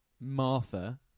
Martha